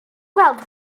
gweld